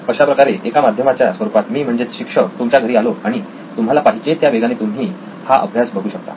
अशा प्रकारे एका माध्यमाच्या स्वरूपात मी म्हणजेच शिक्षक तुमच्या घरी आलो आणि तुम्हाला पाहिजे त्या वेगाने तुम्ही ही अभ्यास बघू शकता